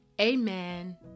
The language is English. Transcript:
Amen